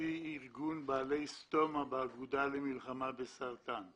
נשיא ארגון בעלי סטומה באגודה למלחמה בסרטן.